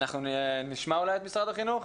נשמע את משרד החינוך,